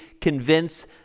convince